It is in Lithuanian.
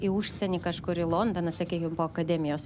į užsienį kažkur jau londoną sakykim po akademijos